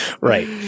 Right